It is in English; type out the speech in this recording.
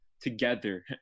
together